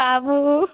आबू